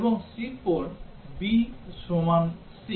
এবং c4 b সমান c